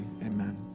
Amen